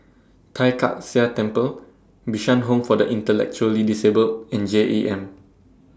Tai Kak Seah Temple Bishan Home For The Intellectually Disabled and J E M